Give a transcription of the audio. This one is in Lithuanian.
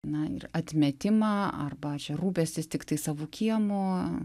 na ir atmetimą arba čia rūpestis tiktais savo kiemo